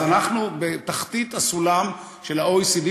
אז אנחנו בתחתית הסולם של ה-OECD,